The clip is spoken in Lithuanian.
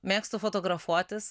mėgstu fotografuotis